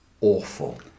awful